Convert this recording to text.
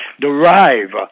derive